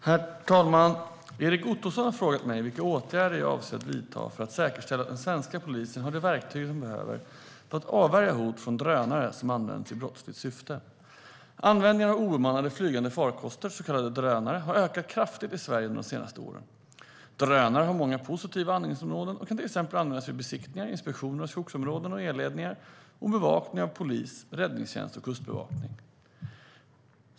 Herr talman! Erik Ottoson har frågat mig vilka åtgärder jag avser att vidta för att säkerställa att den svenska polisen har de verktyg som den behöver för att avvärja hot från drönare som används i brottsligt syfte. Användningen av obemannade flygande farkoster, så kallade drönare, har ökat kraftigt i Sverige under de senaste åren. Drönare har många positiva användningsområden och kan till exempel användas vid besiktningar, inspektioner av skogsområden och elledningar och bevakning av polis, räddningstjänst och kustbevakning.